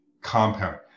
compound